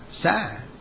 sad